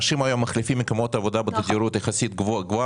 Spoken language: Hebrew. האנשים היום מחליפים מקומות עבודה בתדירות יחסית גבוהה